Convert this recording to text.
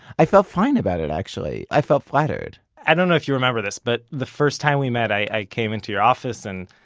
i felt fine about it. i felt flattered i don't know if you remember this, but the first time we met, i came into your office, and